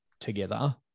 together